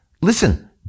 listen